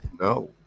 No